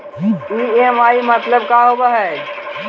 EMI मतलब का होब हइ?